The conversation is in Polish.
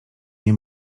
nie